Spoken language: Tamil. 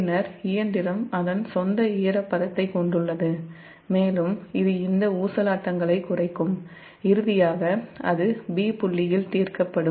பின்னர் இயந்திரம் அதன் சொந்த ஈரப்பதத்தைக் கொண்டுள்ளது மேலும் இது இந்த ஊசலாட்டங்களைக் குறைக்கும் இறுதியாக அது 'b' புள்ளியில் தீர்க்கப் படும்